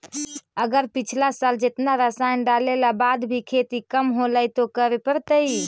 अगर पिछला साल जेतना रासायन डालेला बाद भी खेती कम होलइ तो का करे पड़तई?